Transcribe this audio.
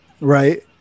Right